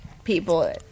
people